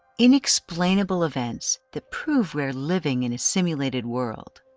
unexplainable events that prove we're living in a simulated world.